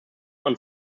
man